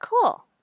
Cool